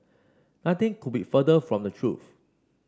nothing could be further from the truth